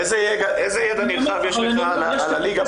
איזה ידע נרחב יש לך על הליגה?